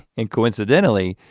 and coincidentally,